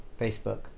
Facebook